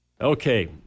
Okay